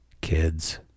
Kids